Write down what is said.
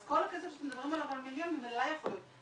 אז כל הכסף שאתם מדברים עליו על מיליון ממילא יכול להיות.